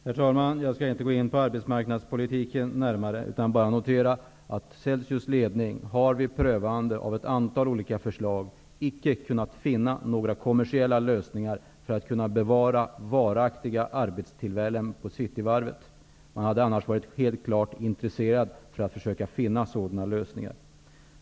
Herr talman! Jag skall inte närmare gå in på arbetsmarknadspolitiken. Jag bara noterar att Celsius ledning vid prövande av ett antal olika förslag icke har kunnat finna några kommersiella lösningar när det gäller att åstadkomma varaktiga arbetstillfällen på Cityvarvet. Man hade annars helt klart varit intresserad av att försöka finna sådana lösningar.